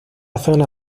zona